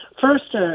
first